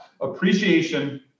Appreciation